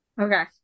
Okay